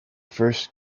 first